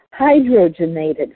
Hydrogenated